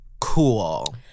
cool